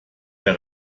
der